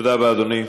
תודה רבה, אדוני.